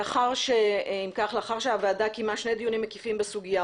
לאחר שהוועדה קיימה שני דיונים מקיפים בסוגיה,